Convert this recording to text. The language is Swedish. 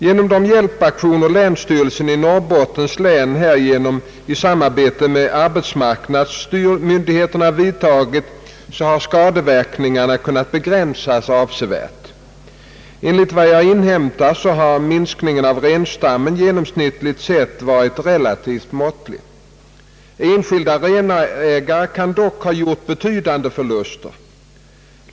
Genom de hjälpaktioner länsstyrelsen i Norrbottens län härigenom i samarbete med arbetsmarknadsmyndigheterna vidtagit har skadeverkningarna kunnat begränsas avsevärt. Enligt vad jag inhämtat har minskningen av renstammen genomsnittligt sett varit relativt måttlig. Enskilda renägare kan dock ha gjort betydande förluster.